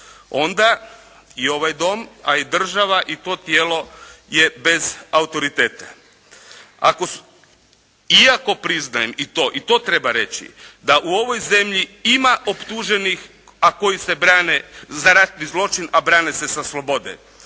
onda je ovaj Dom a i država i to tijelo je bez autoriteta. Ako, iako priznajem i to i to treba reći da u ovoj zemlji ima optuženih a koji se brane za ratni zločin a brane se sa slobode.